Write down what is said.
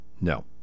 No